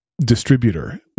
distributor